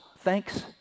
thanks